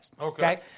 Okay